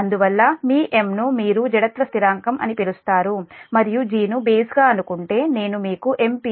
అందువల్ల మీ M ను మీరు జడత్వ స్థిరాంకం అని పిలుస్తారు మరియు G ను బేస్ గా అనుకుంటే నేను మీకు M p